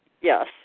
Yes